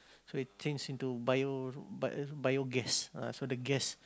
so it change into bio ba~ bio gas ah so the gas